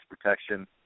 protection